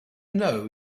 know